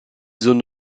zone